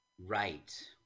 Right